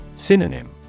Synonym